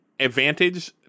advantage